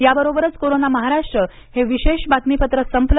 याबरोबरच कोरोना महाराष्ट्र हे विशेष बातमीपत्र संपलं